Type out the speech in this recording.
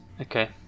Okay